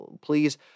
please